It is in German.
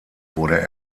wurde